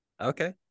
Okay